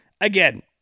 again